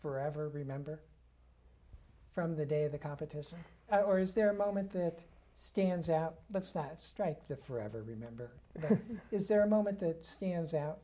forever remember from the day of the competition or is there a moment that stands out but that strength to forever remember is there a moment that stands out